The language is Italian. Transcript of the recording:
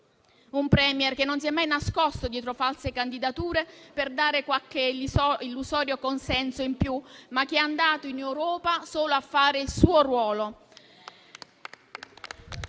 un *Premier* che non si è mai nascosto dietro false candidature per qualche illusorio consenso in più, ma che è andato in Europa solo a fare il suo ruolo.